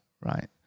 right